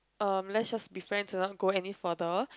um let's just be friends and not go any further